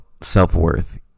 self-worth